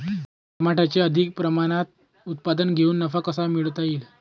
टमाट्याचे अधिक प्रमाणात उत्पादन घेऊन नफा कसा मिळवता येईल?